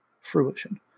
fruition